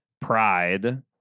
Pride